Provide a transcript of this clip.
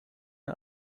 are